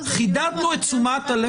חידדנו את תשומת הלב.